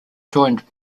joined